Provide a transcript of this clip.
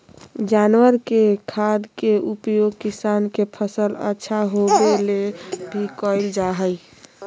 जानवर के खाद के उपयोग किसान के फसल अच्छा होबै ले भी कइल जा हइ